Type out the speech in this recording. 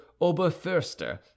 Oberförster